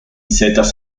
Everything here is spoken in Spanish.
setas